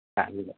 അറിയില്ല